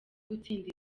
gutsinda